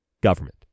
government